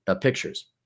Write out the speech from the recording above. Pictures